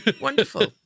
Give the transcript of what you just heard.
Wonderful